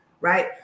right